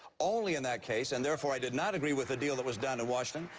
only in that case. and, therefore, i did not agree with the deal that was done in washington.